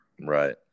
Right